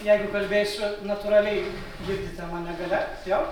jeigu kalbėsiu natūraliai girdite mane gale jo